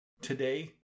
today